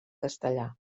castellà